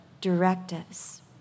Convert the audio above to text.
directives